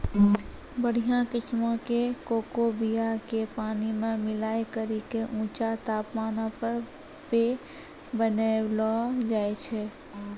बढ़िया किस्मो के कोको बीया के पानी मे मिलाय करि के ऊंचा तापमानो पे बनैलो जाय छै